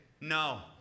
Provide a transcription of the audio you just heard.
no